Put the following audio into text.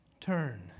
Turn